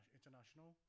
International